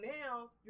now